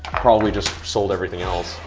probably just sold everything else.